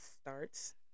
starts